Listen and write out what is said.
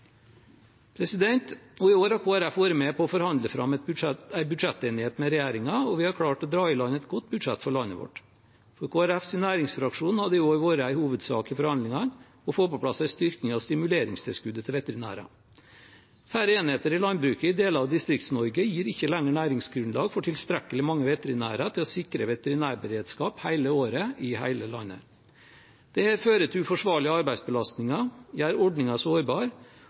da. Også i år har Kristelig Folkeparti vært med på å forhandle fram en budsjettenighet med regjeringen, og vi har klart å dra i land et godt budsjett for landet vårt. For Kristelig Folkepartis næringsfraksjon har det i år vært en hovedsak i forhandlingene å få på plass en styrking av stimuleringstilskuddet til veterinærer. Færre enheter i landbruket i deler av Distrikts-Norge gir ikke lenger næringsgrunnlag for tilstrekkelig mange veterinærer til å sikre veterinærberedskap hele året i hele landet. Dette fører til uforsvarlige arbeidsbelastninger, gjør ordningen sårbar